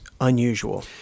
unusual